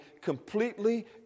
completely